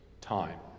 time